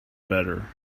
better